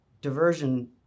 diversion